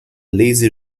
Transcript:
lazy